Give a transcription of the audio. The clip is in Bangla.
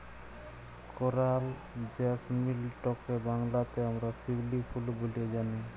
করাল জেসমিলটকে বাংলাতে আমরা শিউলি ফুল ব্যলে জানি